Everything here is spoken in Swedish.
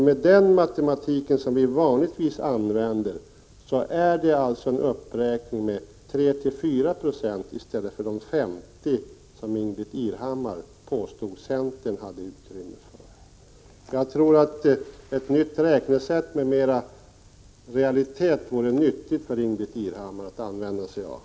Med denna matematik, som vi vanligtvis använder, är det fråga om en uppräkning med 3—4 9o i stället för de 50 20 som Ingbritt Irhammar påstod att centern hade utrymme för. Jag tror att det vore nyttigt för Ingbritt Irhammar att använda sig av ett annat räknesätt med mera realitet.